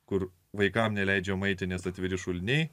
kur vaikams neleidžia muitinės atviri šuliniai